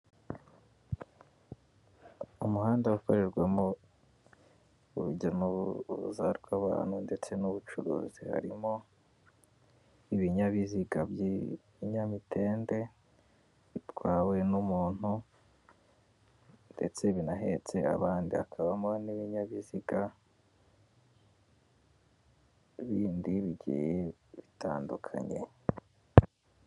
Umuhanda ukorerwamo urujya n'uruza rw'abantu ndetse n'ubucuruzi. Harimo ibinyabiziga by'ibinyamitende, bitwawe n'umuntu ndetse binahetse abandi. Hakabamo n'ibinyabiziga bindi bigiye bitandukanye...